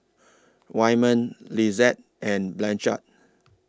Wyman Lisette and Blanchard